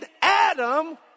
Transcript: adam